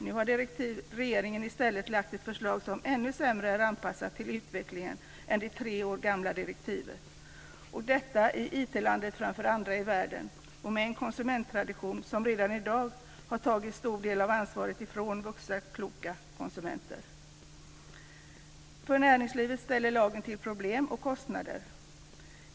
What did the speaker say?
Nu har regeringen i stället lagt fram ett förslag som är ännu sämre anpassat till utvecklingen än det tre år gamla direktivet. Och detta sker i IT landet framför andra i världen med en konsumenttradition som redan i dag har tagit en stor del av ansvaret från vuxna kloka konsumenter. För näringslivet ställer lagen till problem och kostnader.